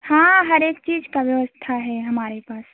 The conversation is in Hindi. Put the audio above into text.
हाँ हर एक चीज़ की व्यवस्था है हमारे पास